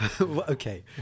Okay